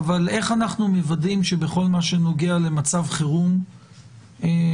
אבל איך אנחנו מוודאים שבכל מה שנוגע למצב חירום ולסמכויות